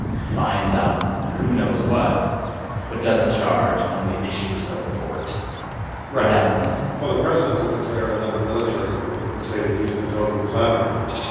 finds out who knows what but doesn't charge, only issues a report right what happens then? well, the president will declare another military parade and say that he has been totally exonerated.